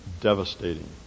devastating